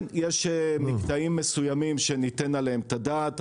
כן, יש מקטעים מסוימים שניתן עליהם את הדעת.